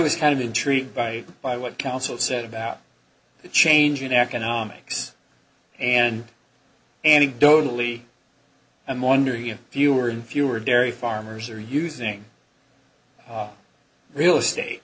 was kind of intrigued by by what counsel said about the change in economics and anecdotally i'm wondering if fewer and fewer dairy farmers are using real estate